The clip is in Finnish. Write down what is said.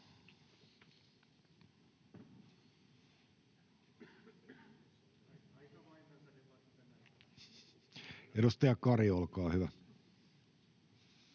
Edustaja Nieminen, olkaa hyvä.